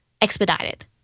expedited